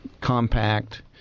compact